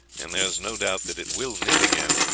and there is no doubt that it will knit again,